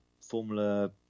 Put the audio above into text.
Formula